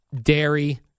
dairy